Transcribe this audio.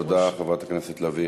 תודה, חברת הכנסת לביא.